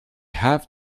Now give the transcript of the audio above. have